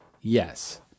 Yes